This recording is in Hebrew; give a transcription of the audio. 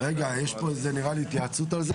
רגע, יש פה איזו התייעצות על זה.